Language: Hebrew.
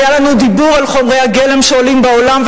היה לנו דיבור על מחירי חומרי הגלם שעולים בעולם,